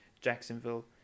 Jacksonville